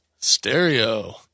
stereo